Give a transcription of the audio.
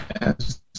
Yes